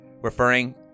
referring